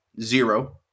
Zero